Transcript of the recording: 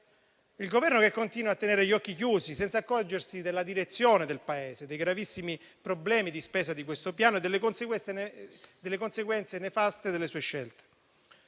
dal Governo, che continua a tenere gli occhi chiusi, senza accorgersi della direzione del Paese, dei gravissimi problemi di spesa di questo Piano e delle conseguenze nefaste delle sue scelte.